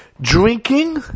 Drinking